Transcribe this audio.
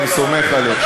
אני סומך עליך.